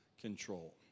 control